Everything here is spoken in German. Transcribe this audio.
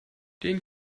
den